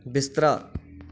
बिस्तरा